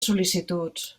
sol·licituds